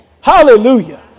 Hallelujah